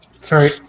Sorry